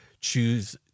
choose